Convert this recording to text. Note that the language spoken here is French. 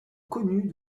connu